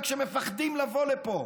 רק שהם מפחדים לבוא לפה.